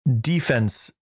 defense